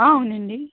అవునండి